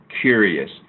curious